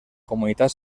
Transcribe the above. comunitat